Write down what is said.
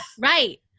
Right